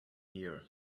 here